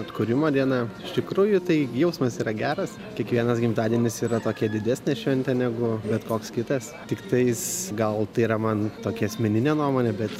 atkūrimo diena iš tikrųjų tai jausmas yra geras kiekvienas gimtadienis yra tokia didesnė šventė negu bet koks kitas tiktai jis gal tai yra man tokia asmeninė nuomonė bet